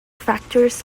factors